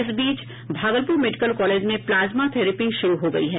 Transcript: इस बीच Bhagalpur medical college में प्लाज्मा थेरेपी शुरू हो गई है